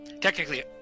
Technically